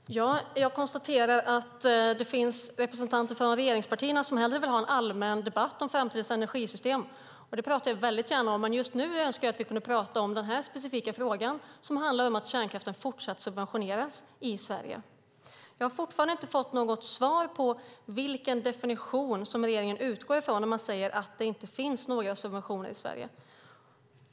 Fru talman! Jag konstaterar att det finns representanter för regeringspartierna här som hellre vill ha en allmän debatt om framtidens energisystem. Det pratar jag väldigt gärna om, men just nu önskar jag att vi kunde prata om den här specifika frågan som handlar om att kärnkraften fortsatt subventioneras i Sverige. Jag har fortfarande inte fått något svar på vilken definition som regeringen utgår från när man säger att det inte finns några subventioner i Sverige.